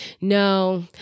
No